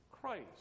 Christ